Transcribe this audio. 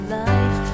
life